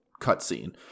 cutscene